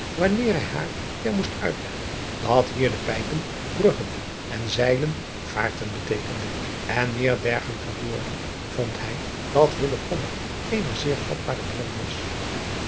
wanneer hij haar weêr moest uitleggen dat hier de pijpen bruggen en zijlen vaarten betekende en meer dergelijke woorden vond hij dat eene zeer vatbare leerling was